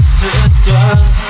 sisters